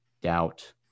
doubt